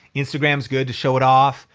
instagram's good to show it off.